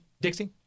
Dixie